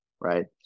right